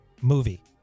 movie